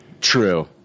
True